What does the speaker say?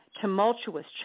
tumultuous